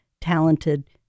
talented